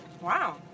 Wow